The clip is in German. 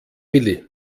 willi